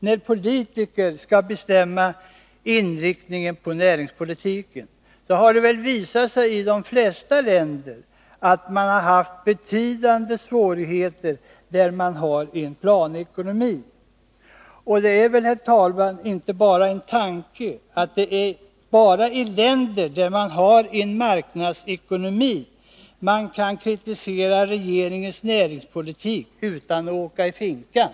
När politiker skall bestämma inriktningen på näringspolitiken, har man mött betydande svårigheter i de flesta länder där man haft en planekonomi. Det är väl, herr talman, inte bara en tanke att det är endast i länder där man har en marknadsekonomi som man kan kritisera regeringens näringspolitik utan att åka i finkan.